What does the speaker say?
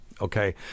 Okay